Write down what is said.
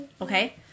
Okay